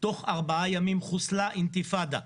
תוך ארבעה ימים חוסלה האינתיפאדה.